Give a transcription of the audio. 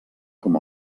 com